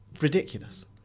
ridiculous